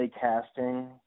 Casting